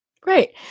Great